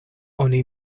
oni